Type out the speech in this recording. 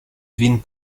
vin